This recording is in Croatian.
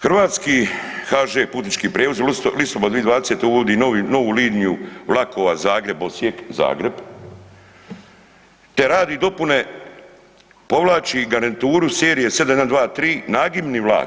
Hrvatski HŽ Putnički prijevoz u listopadu 2020.uvodi novu liniju vlakova Zagreb-Osijek-Zagreb te radi dopune povlači garnituru serije 7123 nagibni vlak.